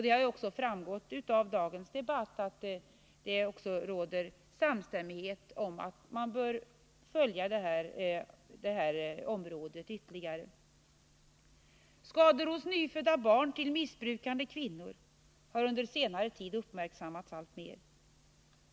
Det har också framgått av dagens debatt att det råder samstämmighet om att man bör följa det här området ytterligare. Skador hos nyfödda barn till missbrukande kvinnor har under senare tid uppmärksammats alltmer.